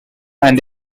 and